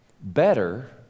better